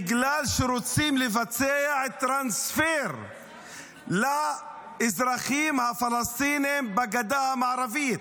בגלל שרוצים לבצע טרנספר לאזרחים הפלסטינים בגדה המערבית.